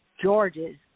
George's